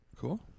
Cool